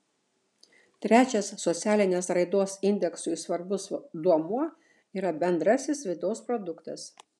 trečias socialinės raidos indeksui svarbus duomuo yra bendrasis vidaus produktas